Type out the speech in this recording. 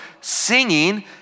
singing